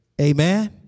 Amen